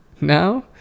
now